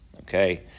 Okay